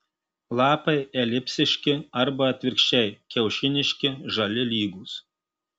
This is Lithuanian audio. lapai elipsiški arba atvirkščiai kiaušiniški žali lygūs